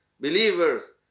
believers